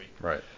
Right